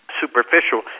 superficial